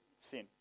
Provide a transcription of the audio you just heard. sin